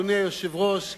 אדוני היושב-ראש,